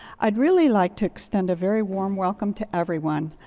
i'd really like to extend a very warm welcome to everyone.